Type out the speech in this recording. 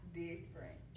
different